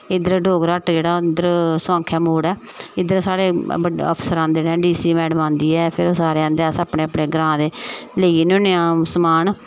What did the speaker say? इद्धर डोगरा हट जेह्ड़ा इद्धर सोआंखैं मोड़ ऐ इद्धर साढ़े अफसर आंदे न डी सी मैडम आंदी ऐ फिर सारे आंदे अस अपने अपने ग्रांऽ दे लेई जन्ने होने आं समान